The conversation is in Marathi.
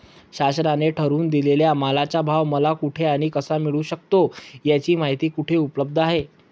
शासनाने ठरवून दिलेल्या मालाचा भाव मला कुठे आणि कसा मिळू शकतो? याची माहिती कुठे उपलब्ध आहे?